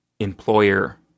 employer